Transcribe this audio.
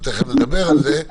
ותיכף נדבר על זה.